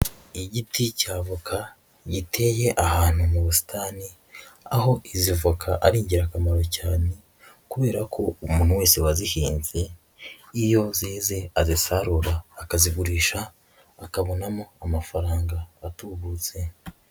Igiti cy'avoka giteye ahantu mu busitani, aho izi voka ari ingirakamaro cyane kubera ko umuntu wese wazihinze iyo zeze azisarura, akazigurisha akabonamo amafaranga atubutse.